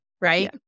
right